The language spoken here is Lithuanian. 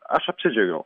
aš apsidžiaugiau